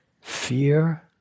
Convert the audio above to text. fear